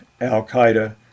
al-Qaeda